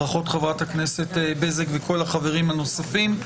ברכות, חברת הכנסת בזק וכל החברים הנוספים.